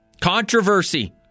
Controversy